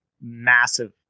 massive